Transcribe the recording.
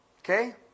Okay